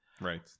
Right